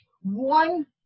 One